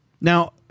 Now